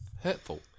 hurtful